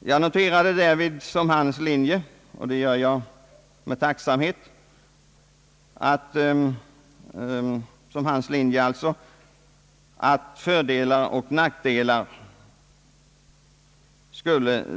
Jag noterade därvid med tacksamhet att enligt hans linje skulle fördelar och nackdelar